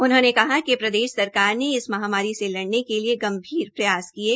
उन्होंने कहा कि प्रदेश सरकार ने इस महामारी से लड़ने के लिए गंभीर प्रयास किये